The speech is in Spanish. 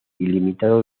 ilimitado